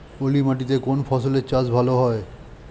পলি মাটিতে কোন ফসলের চাষ ভালো হয়?